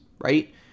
right